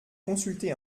consulté